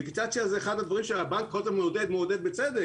דיגיטציה זה אחד הדברים שהבנק מעודד ובצדק מעודד.